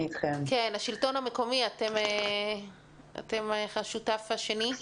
השלטון המקומי אתם השותף השני.